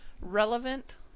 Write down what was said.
relevant